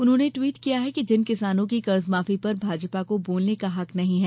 उन्होंने ट्विट किया कि जिन किसानों की कर्जमाफी पर भाजपा को बोलने का हक नहीं है